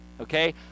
okay